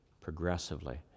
progressively